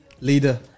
leader